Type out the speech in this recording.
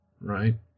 right